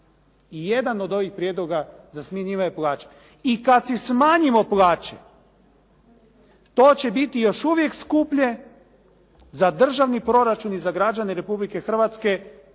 i jedan od ovih prijedloga za smanjivanje plaće. I kada si smanjimo plaće, to će biti još uvijek skuplje za državni proračun i za građane Republike Hrvatske